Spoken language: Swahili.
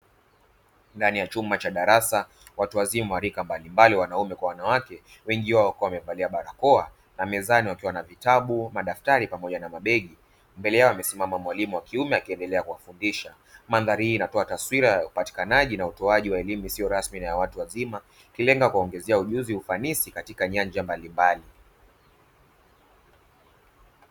Ndani ya chumba cha darasa watu wazima wa rika mbalimbali, wanaume kwa wanawake wengi wao wakiwa wamevalia barakoa na mezani wakiwa na vitabu, madaftari pamoja na mabegi mbele yao amesimama mwalimu wa kiume akiendelea kuwafundisha. Mandhari hii inatoa taswira ya upatikanaji na utoaji wa elimu isiyo rasmi ya watu wazima, ikilenga kuwaongezea ujuzi na ufanisi katika nyanja mbalimbali.